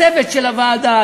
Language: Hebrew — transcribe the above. הצוות של הוועדה,